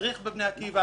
מדריך בבני עקיבא.